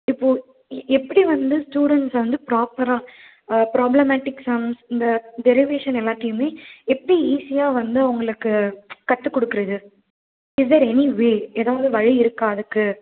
இப்போ எப்படி வந்து ஸ்டூடண்ஸ்ஸை வந்து ப்ராப்பராக ப்ராப்ளமேட்டிக் சம்ஸ் இந்த டெரிவேஷன் எல்லாத்தையுமே எப்படி ஈஸியாக வந்து அவங்களுக்கு கற்றுக்குடுக்குறது இஸ் தர் எனி வே எதாவது வழி இருக்கா அதுக்கு